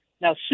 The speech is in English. Now